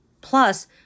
Plus